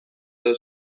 edo